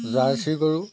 Jersey গৰু